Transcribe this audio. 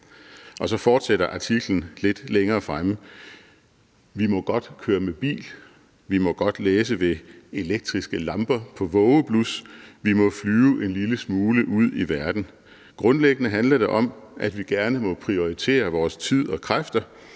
Så fortsætter artiklen lidt længere fremme: »Vi må godt køre lidt bil, vi må godt læse ved elektriske lamper på vågeblus, vi må flyve en lille smule ud i verden. Grundlæggende handler det om, at vi gerne må prioritere vores tid og kræfter.